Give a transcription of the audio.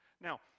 Now